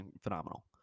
phenomenal